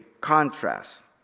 contrast